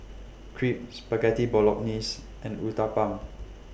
Crepe Spaghetti Bolognese and Uthapam